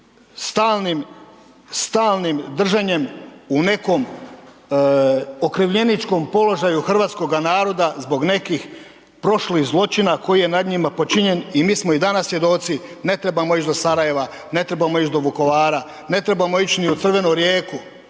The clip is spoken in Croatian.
stalnim držanjem u nekom okrivljeničkom položaju hrvatskoga naroda zbog nekih prošlih zločina koji je nad njima počinjen i mi smo i danas svjedoci ne trebamo ići do Sarajeva, ne trebamo ići do Vukovara, ne trebamo ići ni u crvenu Rijeku,